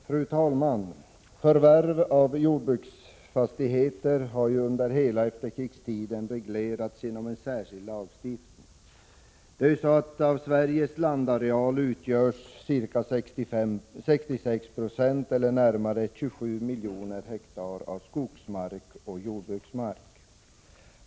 Fru talman! Förvärv av jordbruksfastigheter har under hela efterkrigstiden reglerats genom en särskild lagstiftning. Av Sveriges landareal utgörs ca 66 96 eller närmare 27 miljoner hektar av skogsmark och jordbruksmark.